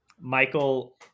Michael